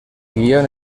guion